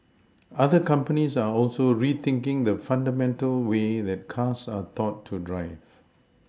other companies are also rethinking the fundamental way that cars are taught to drive